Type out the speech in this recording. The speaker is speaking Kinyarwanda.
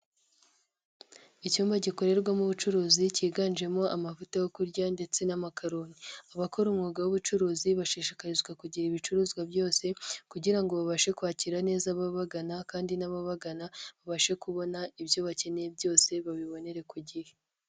Icyumba gikorerwamo ubucuruzi kiganjemo amavuta yo kurya ndetse n'amakaroni, abakora umwuga w'ubucuruzi bashishikarizwa kugira ibicuruzwa byose kugira ngo babashe kwakira neza ababagana kandi n'ababagana babashe kubona ibyo bakeneye byose babibonere ku gihe.